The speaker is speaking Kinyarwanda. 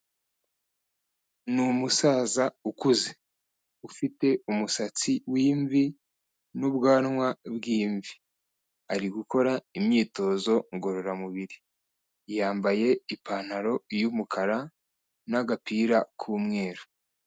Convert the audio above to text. Ni umusaza ukuze ufite umusatsi w'imvi n'ubwanwa bw'imvi ari gukora imyitozo ngororamubiri yambaye ipantaro y'umukara n'agapira k'umweru.